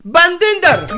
Bandinder